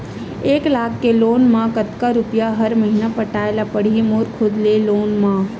एक लाख के लोन मा कतका रुपिया हर महीना पटाय ला पढ़ही मोर खुद ले लोन मा?